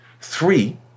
Three